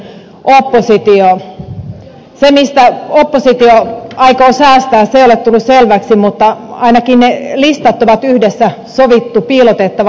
se mistä oppositio aikoo säästää ei ole tullut selväksi mutta ainakin ne listat on yhdessä sovittu piilotettavan